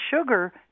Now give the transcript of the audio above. sugar